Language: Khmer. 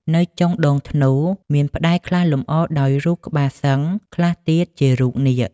នៅចុងដងធ្នូ មានផ្តែរខ្លះលម្អដោយរូបក្បាលសឹង្ហ ខ្លះទៀតជារូបនាគ ។